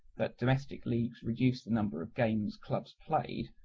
that domestic leagues reduce the number of games clubs played,